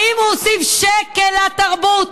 האם הוא הוסיף שקל לתרבות?